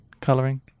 colouring